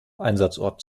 einsatzort